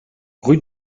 rue